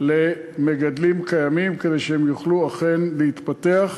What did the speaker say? למגדלים קיימים כדי שהם יוכלו אכן להתפתח,